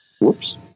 whoops